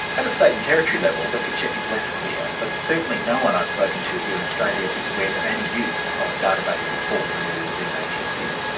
at a state and territory level, the picture is less clear, but certainly no one i've spoken to here in australia is aware of any use of databases for familial dna testing.